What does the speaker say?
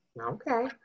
Okay